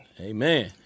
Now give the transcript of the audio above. Amen